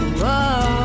whoa